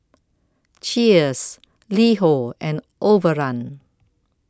Cheers LiHo and Overrun